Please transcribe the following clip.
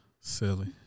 Silly